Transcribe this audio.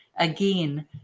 Again